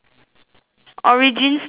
origin story with what